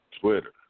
Twitter